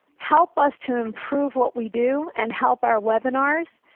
help us to improve what we do and help our webinars.